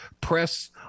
press